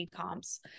comps